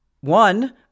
One